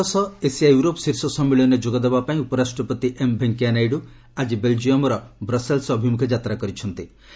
VP ASEM summit ଦ୍ୱାଦଶ Asia Europe ଶୀର୍ଷ ସମ୍ମିଳନୀରେ ଯୋଗ ଦେବାପାଇଁ ଉପରାଷ୍ଟ୍ରପତି ଏମ୍ ଭେଙ୍କିୟା ନାଇଡୁ ଆଜି ବେଲ୍ଜିୟମ୍ର ବ୍ରସେଲ୍ସ ଅଭିମୁଖେ ଯାତ୍ରା କରିଛନ୍ତି